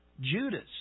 Judas